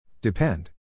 Depend